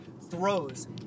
Throws